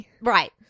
right